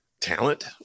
talent